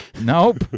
nope